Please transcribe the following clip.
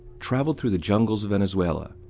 traveled through the jungles of venezuela,